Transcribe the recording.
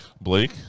Blake